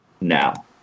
Now